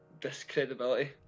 discredibility